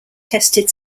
tested